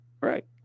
right